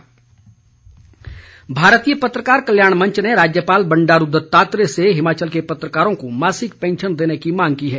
राज्यपाल पत्रकार भारतीय पत्रकार कल्याण मंच ने राज्यपाल बंडारू दत्तात्रेय से हिमाचल के पत्रकारों को मासिक पैंशन देने की मांग की है